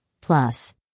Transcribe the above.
plus